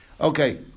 Okay